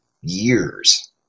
years